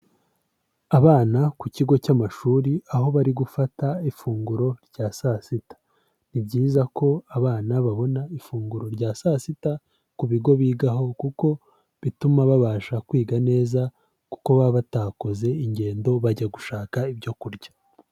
Abana ku kigo cy'amashuri aho bari gufata ifunguro rya saa sita. Ni byiza ko abana babona ifunguro rya saa sita ku bigo bigaho kuko bituma babasha kwiga neza, kuko baba batakoze ingendo bajya gushaka ibyo kurya.